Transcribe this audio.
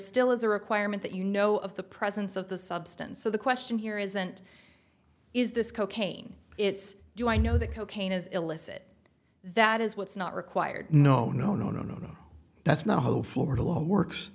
still is a requirement that you know of the presence of the substance of the question here isn't is this cocaine it's do i know that cocaine is illicit that is what's not required no no no no no no that's not how the florida law works